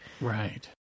Right